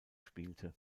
spielte